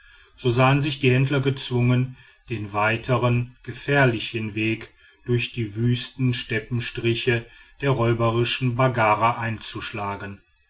so sahen sich die händler gezwungen den weitern gefährlichen weg durch die wüsten steppenstriche der räuberischen baggara einzuschlagen